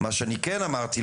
אמרתי,